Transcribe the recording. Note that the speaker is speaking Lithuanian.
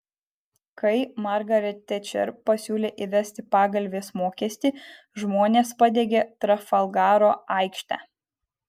kai margaret tečer pasiūlė įvesti pagalvės mokestį žmonės padegė trafalgaro aikštę